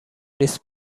نیست